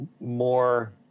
more